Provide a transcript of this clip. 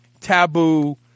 taboo